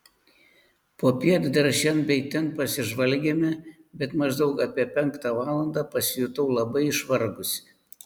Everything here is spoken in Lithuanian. popiet dar šen bei ten pasižvalgėme bet maždaug apie penktą valandą pasijutau labai išvargusi